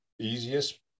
easiest